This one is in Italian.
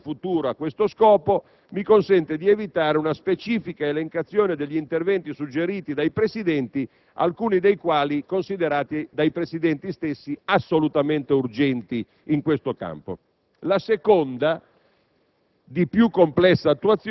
o previste per l'immediato futuro a questo scopo, mi consentono di evitare una specifica elencazione degli interventi suggeriti dai Presidenti, alcuni dei quali considerati dai Presidenti stessi assolutamente urgenti in questo campo. La seconda,